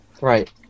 Right